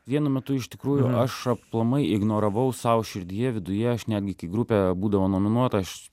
vienu metu iš tikrųjų aš aplamai ignoravau sau širdyje viduje aš netgi kai grupė būdavo nominuota aš